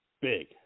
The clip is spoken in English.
big